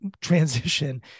transition